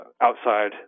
outside